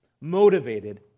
motivated